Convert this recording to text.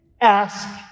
ask